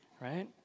right